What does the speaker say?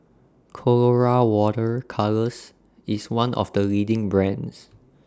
Colora Water Colours IS one of The leading brands